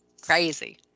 crazy